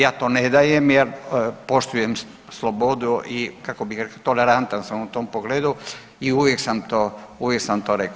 Ja to ne dajem jer poštujem slobodu i kako bih rekao tolerantan sam u tom pogledu i uvijek sam to, uvijek sam to rekao.